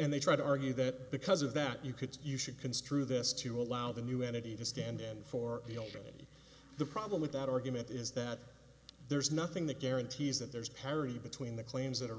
and they try to argue that because of that you could you should construe this to allow the new energy to stand in for the elderly the problem with that argument is that there's nothing that guarantees that there's parity between the claims